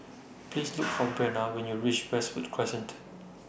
Please Look For Brenna when YOU REACH Westwood Crescent